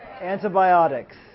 antibiotics